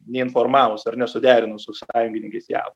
neinformavus ar nesuderinus su sąjungininkais jav